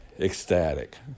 ecstatic